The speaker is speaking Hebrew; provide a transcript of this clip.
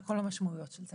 על כל המשמעויות של זה.